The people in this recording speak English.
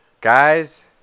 Guys